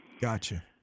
Gotcha